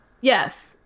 Yes